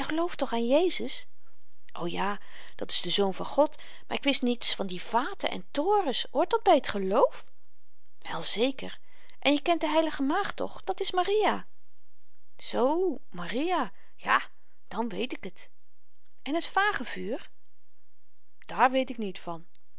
gelooft toch aan jezus o ja dat is de zoon van god maar ik wist niets van die vaten en torens hoort dat by t geloof wel zeker en je kent de heilige maagd toch dat is maria zoo maria ja dan weet ik het en t vagevuur daar weet ik niet van